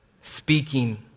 speaking